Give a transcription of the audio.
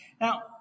Now